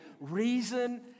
reason